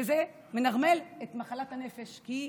וזה מנרמל את מחלת הנפש, היא נורמלית.